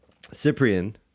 Cyprian